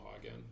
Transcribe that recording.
again